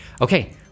okay